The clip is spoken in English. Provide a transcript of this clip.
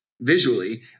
visually